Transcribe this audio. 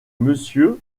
monsieur